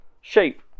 shape